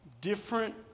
different